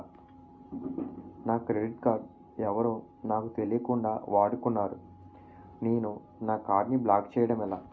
నా credit card ఎవరో నాకు తెలియకుండా వాడుకున్నారు నేను నా కార్డ్ ని బ్లాక్ చేయడం ఎలా?